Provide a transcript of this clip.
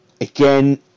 Again